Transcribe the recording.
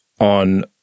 on